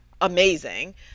amazing